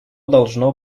должно